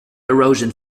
erosion